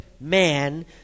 man